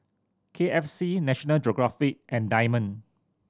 K F C National Geographic and Diamond